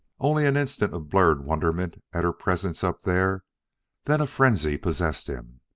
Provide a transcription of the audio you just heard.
only an instant of blurred wonderment at her presence up there then a frenzy possessed him.